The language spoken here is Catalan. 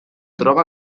troba